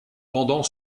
pendant